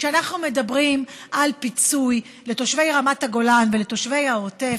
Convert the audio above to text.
כשאנחנו מדברים על פיצוי לתושבי רמת הגולן ולתושבי העוטף,